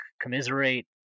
commiserate